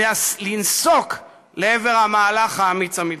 לנסוק לעבר המהלך האמיץ המתבקש.